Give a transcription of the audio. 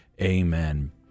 Amen